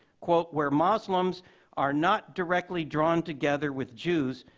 quote, where muslims are not directly drawn together with jews,